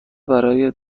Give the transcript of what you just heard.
برای